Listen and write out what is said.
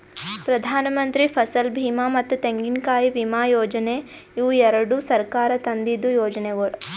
ಪ್ರಧಾನಮಂತ್ರಿ ಫಸಲ್ ಬೀಮಾ ಮತ್ತ ತೆಂಗಿನಕಾಯಿ ವಿಮಾ ಯೋಜನೆ ಇವು ಎರಡು ಸರ್ಕಾರ ತಂದಿದ್ದು ಯೋಜನೆಗೊಳ್